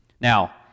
Now